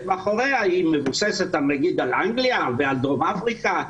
מאחוריה היא מבוססת נגיד על אנגליה ועל דרום אפריקה.